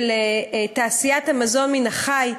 של תעשיית המזון מן החי,